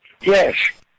Yes